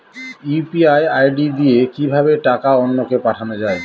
UPI ID দিয়ে কিভাবে টাকা অন্য কে পাঠানো যায়?